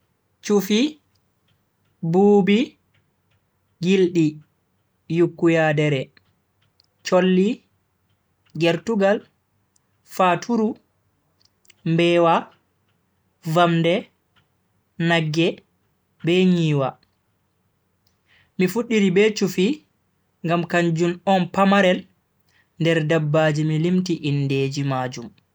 Chufi, buubi, gildi, yukku-yadere, cholli, gertugal, faturu, mbewa, vamde, nagge be nyiwa. mi fuddiri be chufi ngam kanjum on pamarel nder dabbaji mi limti indeji majum.